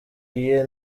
iye